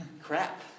crap